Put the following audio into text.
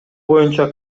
боюнча